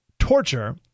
torture